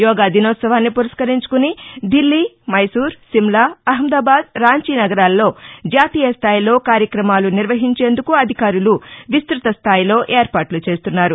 యోగా దినోత్సవాన్ని పురస్కరించుకుని దిల్లీ మైసూర్ సిమ్లా అహ్నదాబాద్ రాంచీ నగరాల్లో జాతీయ స్థాయిలో కార్యక్రమాలు నిర్వహించేందుకు అధికారులు విస్తృత స్థాయిలో ఏర్పాట్లు చేస్తున్నారు